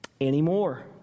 anymore